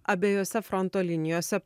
abiejose fronto linijose